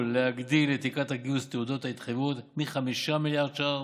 להגדיל את תקרת הגיוס לתעודות ההתחייבות מ-5 מיליארד ש"ח,